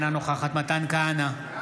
אינה נוכחת מתן כהנא,